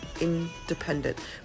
independent